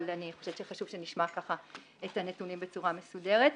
אבל אני חושבת שחשוב שנשמע את הנתונים בצורה מסודרת.